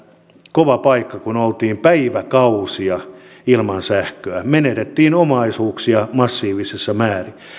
kova paikka kun oltiin päiväkausia ilman sähköä menetettiin omaisuuksia massiivisissa määrin